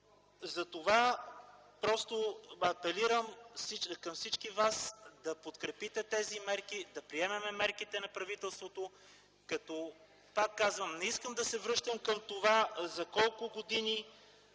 Затова апелирам към всички вас да подкрепите тези мерки - да приемем мерките на правителството. Пак казвам, не искам да се връщам към това колко пропилени